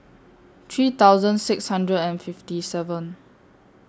three thousand six hundred and fifty seven